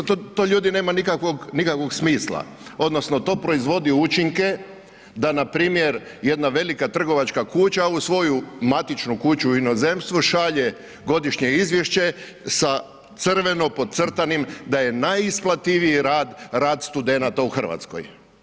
To ljudi, nema nikakvog smisla odnosno to proizvodi učinke da npr. jedna velika trgovačka kuća u svoju matičnu kuću u inozemstvu šalje godišnje izvješće sa crveno podcrtanim da je najisplativiji rad, rad studenata u Hrvatskoj.